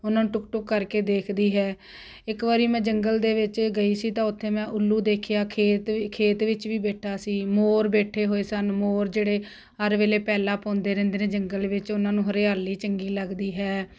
ਉਹਨਾਂ ਨੂੰ ਟੁੱਕ ਟੁੱਕ ਕਰਕੇ ਦੇਖਦੀ ਹੈ ਇੱਕ ਵਾਰੀ ਮੈਂ ਜੰਗਲ ਦੇ ਵਿੱਚ ਗਈ ਸੀ ਤਾਂ ਉੱਥੇ ਮੈਂ ਉੱਲੂ ਦੇਖਿਆ ਖੇਤ ਖੇਤ ਵਿੱਚ ਵੀ ਬੈਠਾ ਸੀ ਮੋਰ ਬੈਠੇ ਹੋਏ ਸਨ ਮੋਰ ਜਿਹੜੇ ਹਰ ਵੇਲੇ ਪੈਲਾਂ ਪਾਉਂਦੇ ਰਹਿੰਦੇ ਨੇ ਜੰਗਲ ਵਿੱਚ ਉਹਨਾਂ ਨੂੰ ਹਰਿਆਲੀ ਚੰਗੀ ਲੱਗਦੀ ਹੈ